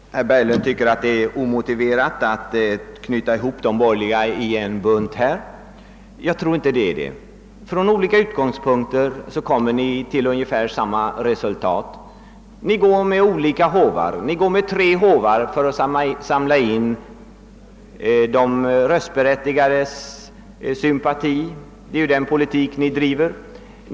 Herr talman! Herr Berglund tycker att det är omotiverat att knyta ihop de borgerliga i en bunt. Jag tror inte att det är det. Från olika utgångspunkter kommer ni till ungefär samma resultat. Ni går med olika håvar — tre stycken — för att samla in sympatier från de röstberättigade. Det är den politik ni driver.